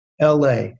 LA